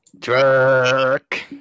Truck